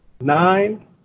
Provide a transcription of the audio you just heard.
nine